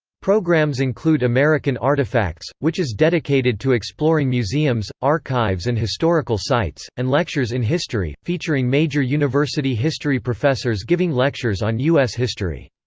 programs include american artifacts, which is dedicated to exploring museums, archives and historical sites, and lectures in history, featuring major university history professors giving lectures on u s. history.